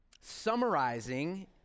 summarizing